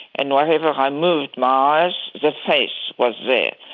and whenever i moved my eyes, the face was there.